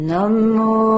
Namu